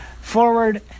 forward